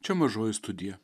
čia mažoji studija